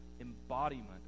embodiment